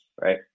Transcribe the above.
right